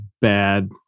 bad